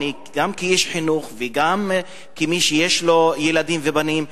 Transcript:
גם כאיש חינוך וגם כמי שיש לו ילדים ובנים,